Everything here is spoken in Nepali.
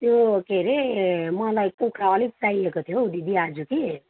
त्यो के रे मलाई कुखुरा अलिक चाहिएको थियो हौ दिदी आज कि